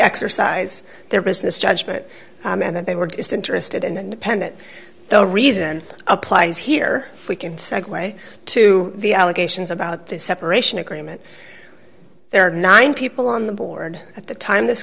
exercise their business judgment and that they were just interested and dependent the reason applies here we can segue to the allegations about this separation agreement there are nine people on the board at the time this